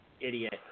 idiot